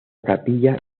capilla